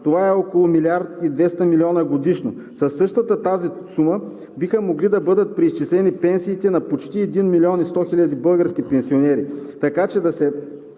Това е около милиард и 200 милиона годишно. Със същата тази биха могли да бъдат преизчислени пенсиите на почти 1 милион 100 хиляди български пенсионери.